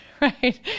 Right